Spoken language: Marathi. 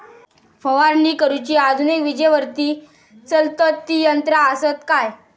फवारणी करुची आधुनिक विजेवरती चलतत ती यंत्रा आसत काय?